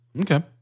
Okay